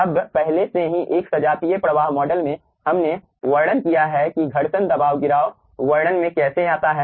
अब पहले से ही एक सजातीय प्रवाह मॉडल में हमने वर्णन किया है कि घर्षण दबाव गिराव वर्णन में कैसे आता है